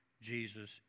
Jesus